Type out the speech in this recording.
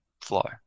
flow